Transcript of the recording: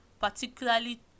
particularly